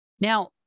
Now